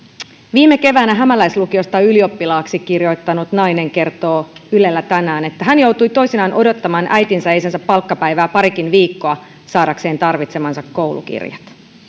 viime keväänä hämäläislukiosta ylioppilaaksi kirjoittanut nainen kertoo ylellä tänään että hän joutui toisinaan odottamaan äitinsä ja isänsä palkkapäivää parikin viikkoa saadakseen tarvitsemansa koulukirjat